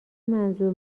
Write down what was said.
منظور